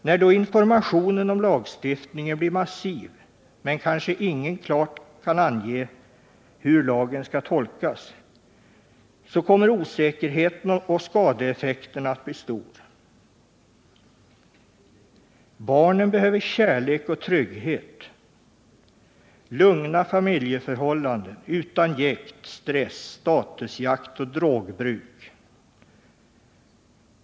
När då informationen om lagstiftningen blir massiv men kanske ingen kan klart ange hur lagen skall tolkas, kommer osäkerheten och skadeeffekten att bli betydande. Barnen behöver kärlek och trygghet — lugna familjeförhållanden utan jäkt, stress, statusjakt och drogbruk.